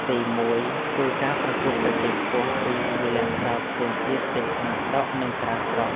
ទីមួយ គឺ ការប្រកួតប្រជែងខ្ពស់ ពី Freelancers ផ្សេងទៀតទាំងក្នុងស្រុក និងក្រៅស្រុក។